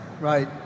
Right